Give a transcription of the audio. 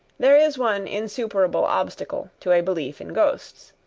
there is one insuperable obstacle to a belief in ghosts.